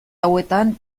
hauetan